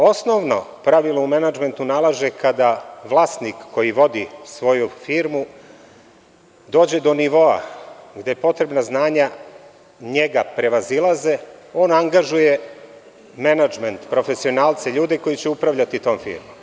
Osnovno pravilo u menadžmentu nalaže kada vlasnik koji vodi svoju firmu dođe do nivoa gde potrebna znanja njega prevazilaze, on angažuje menadžment, profesionalce, ljude koji će upravljati tom firmom.